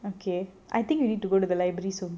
okay I think you need to go to the library soon